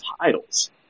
titles